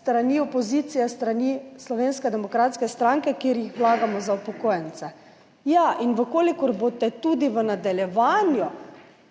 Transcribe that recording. strani opozicije, s strani Slovenske demokratske stranke, v kateri jih vlagamo za upokojence. Če boste tudi v nadaljevanju